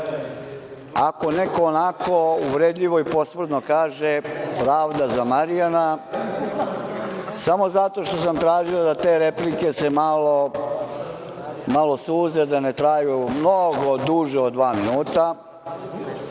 Ako neko onako uvredljivo i posprdno kaže – pravda za Marijana, samo zato što sam tražio da se te replike malo suze, da ne traju mnogo duže od dva minuta,